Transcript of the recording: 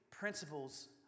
principles